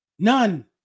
None